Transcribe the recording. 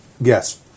yes